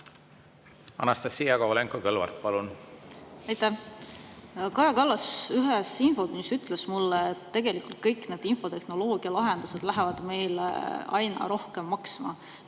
Anastassia Kovalenko-Kõlvart, palun! Aitäh! Kaja Kallas ühes infotunnis ütles mulle, et tegelikult kõik need infotehnoloogia lahendused lähevad meile aina rohkem maksma.